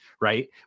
Right